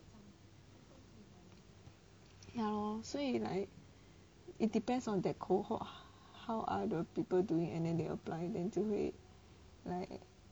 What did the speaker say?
ya lor 所以 like it depends on that cohort how other people doing and then they apply then 就会 like